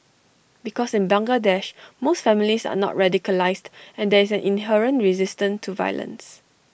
because in Bangladesh most families are not radicalised and there is an inherent resistance to violence